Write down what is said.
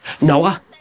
Noah